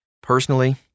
Personally